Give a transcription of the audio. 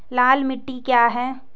लाल मिट्टी क्या है?